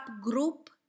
group